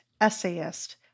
essayist